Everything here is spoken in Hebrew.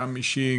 גם אישי,